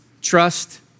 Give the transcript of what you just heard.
Trust